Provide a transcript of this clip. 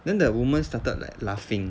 then the woman started like laughing